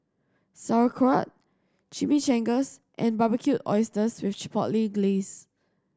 Sauerkraut Chimichangas and Barbecued Oysters with Chipotle Glaze